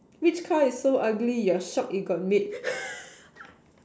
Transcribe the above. which car is so ugly you're shocked it got made